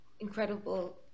incredible